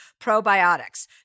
probiotics